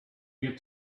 get